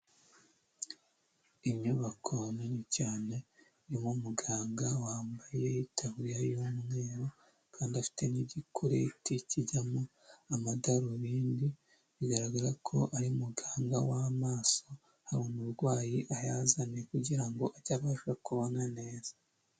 Inyubako nini cyane irimo umuganga wambaye itaburiya y'umweru kandi afite n'igikureti kijyamo amadarubindi bigaragara ko ari muganga w'amaso, hari umurwayi ayazane kugira ngo age abasha kubano neza.